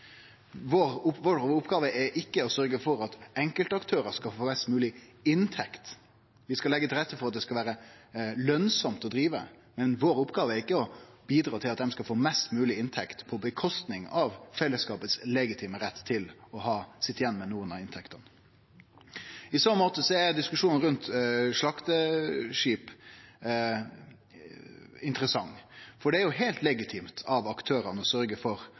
vår er ikkje å sørgje for at enkeltaktørar skal få mest mogleg inntekt. Vi skal leggje til rette for at det skal vere lønsamt å drive, men oppgåva vår er ikkje å bidra til at dei skal få mest mogleg inntekt som går ut over fellesskapet sin legitime rett til å sitje igjen med noko av inntektene. I så måte er diskusjonen om slakteskip interessant, for det er heilt legitimt av aktørane å sørgje for